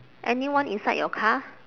anyone inside your car